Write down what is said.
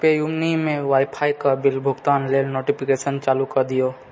PayUmoney मे WiFi क bill भुगतान लेल नोटिफिकेशन चालू कऽ दियौ